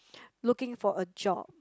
looking for a job